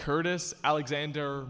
curtis alexander